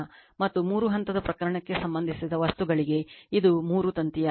ಮತ್ತು ಮೂರು ಹಂತದ ಪ್ರಕರಣಕ್ಕೆ ಸಂಬಂಧಿಸಿದ ವಸ್ತುಗಳಿಗೆ ಇದು ಮೂರು ತಂತಿಯಾಗಿದೆ